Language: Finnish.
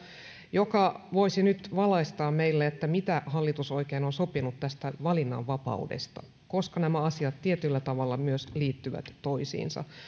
joka voisi nyt valaista meille mitä hallitus oikein on sopinut tästä valinnanvapaudesta koska nämä asiat tietyllä tavalla myös liittyvät toisiinsa